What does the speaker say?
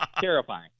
Terrifying